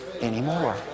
anymore